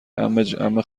عمه